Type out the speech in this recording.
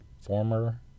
former